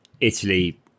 Italy